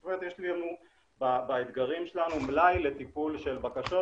זאת אומרת יש לנו באתגרים שלנו מלאי לטיפול של בקשות,